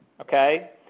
okay